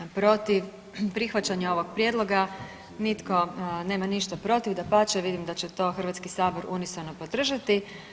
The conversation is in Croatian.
Protiv prihvaćanja ovog prijedloga nitko nema ništa protiv, dapače vidim da će to Hrvatski sabor unisono podržati.